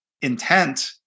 intent